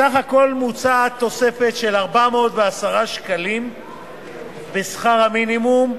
בסך הכול מוצעת תוספת של כ-410 שקלים חדשים בשכר המינימום,